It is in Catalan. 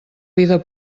vida